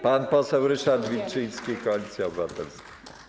Pan poseł Ryszard Wilczyński, Koalicja Obywatelska.